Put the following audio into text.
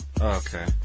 okay